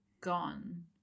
gone